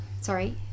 sorry